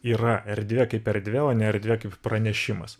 yra erdvė kaip erdvė o ne erdvė kaip pranešimas